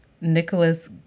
nicholas